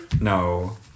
No